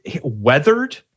weathered